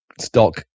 stock